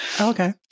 Okay